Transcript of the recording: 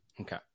Okay